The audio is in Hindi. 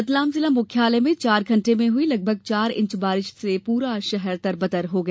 रतलाम जिला मुख्यालय में चार घंटे में हुई लगभग चार इंच बारिश से पूरा शहर तरबतर हो गया